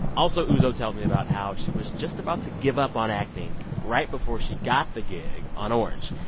also, uzo tells me about how she was just about to give up on acting right before she got the gig on orange.